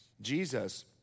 Jesus